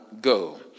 go